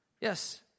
Yes